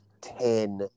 ten